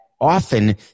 often